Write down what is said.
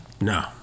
no